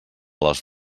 les